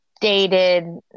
dated